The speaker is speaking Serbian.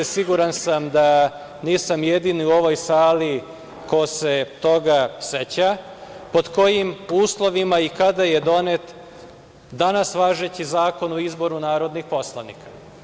Siguran sam da nisam jedini u ovoj sali ko se toga seća, pod kojim uslovima i kada je donet danas važeći Zakon o izboru narodnih poslanika.